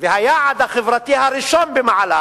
והיעד החברתי הראשון במעלה